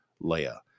Leia